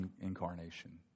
incarnation